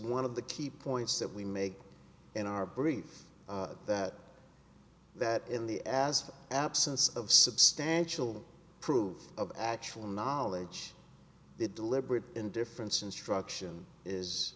one of the key points that we make in our brief that that in the as absence of substantial proof of actual knowledge that deliberate indifference instruction is